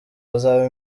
hazaba